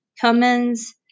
Cummins